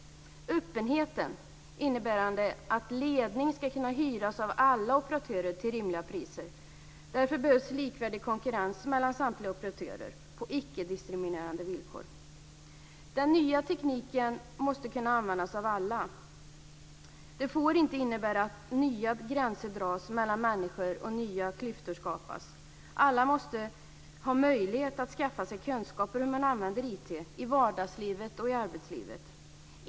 Öppenheten innebär att ledning ska kunna hyras av alla operatörer till rimliga priser. Därför behövs likvärdig konkurrens mellan samtliga operatörer på icke-diskriminerande villkor. Den nya tekniken måste kunna användas av alla. Den får inte innebära att nya gränser dras mellan människor och att nya klyftor skapas. Alla måste ha möjlighet att skaffa sig kunskap om hur man använder IT i vardagslivet och i arbetslivet.